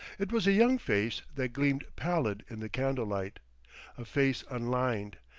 it was a young face that gleamed pallid in the candlelight a face unlined,